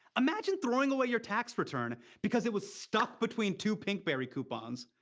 imagine throwing away your tax return because it was stuck between two pinkberry coupons.